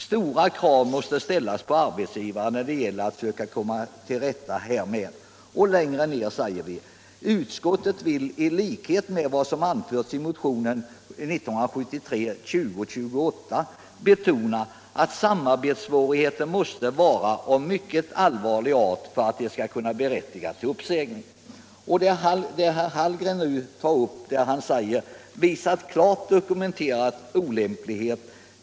Stora krav måste ställas på arbetsgivare när det gäller att söka komma till rätta härmed.” 1973:2028 betona att samarbetssvårigheter måste vara av mycket allvarlig art för att de skall berättiga till uppsägning.” | Herr Hallgren talar om ”klart dokumenterad olämplighet”.